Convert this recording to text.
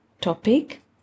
topic